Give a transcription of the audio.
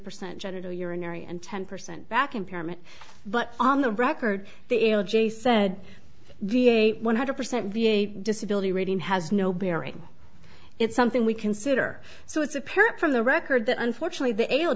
percent genital urinary and ten percent back impairment but on the record the l j said one hundred percent v a disability rating has no bearing it's something we consider so it's apparent from the record that unfortunately the